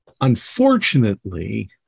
Unfortunately